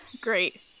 Great